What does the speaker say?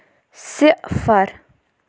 صِفر